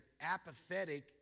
apathetic